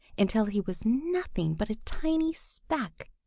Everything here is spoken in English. until he was nothing but a tiny speck,